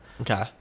Okay